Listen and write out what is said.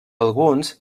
alguns